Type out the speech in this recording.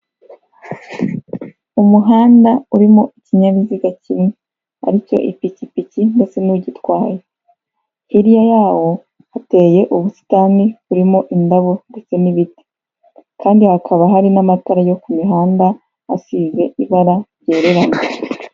Aha ni mu ikaragiro ry'amata aho hagaragaramo imashini zagenewe gutunganya amata, hakagaragaramo ameza, harimo indobo, harimo amakaro. Iyo urebye ku nkuta hariho irange ry'ubururu, urukuta rwiza cyane rusa n'ubururu ndetse aha hantu ni heza pe.